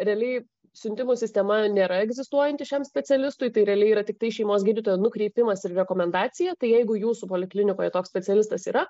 realiai siuntimų sistema nėra egzistuojanti šiam specialistui tai realiai yra tiktai šeimos gydytojo nukreipimas ir rekomendacija tai jeigu jūsų poliklinikoje toks specialistas yra